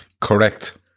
Correct